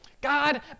God